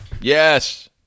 Yes